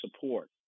support